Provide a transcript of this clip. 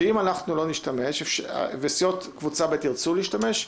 שאם אנחנו לא נשתמש וסיעות קבוצה ב' ירצו להשתמש,